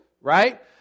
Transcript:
right